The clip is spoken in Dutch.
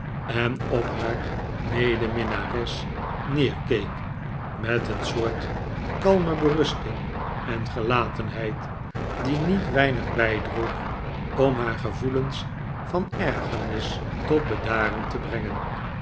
en op haar medeminnares neerkeek met een soort kalme berusting en gelatenheid die niet weinig bijdroeg om haar gevoelens van ergernis tot bedaren te brengen